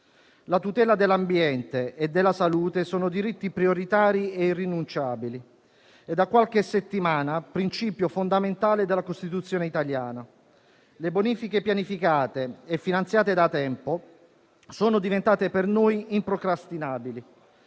la tutela dell'ambiente e della salute sono diritti prioritari e irrinunciabili e da qualche settimana principio fondamentale della Costituzione italiana. Le bonifiche, pianificate e finanziate da tempo, sono diventate per noi improcrastinabili.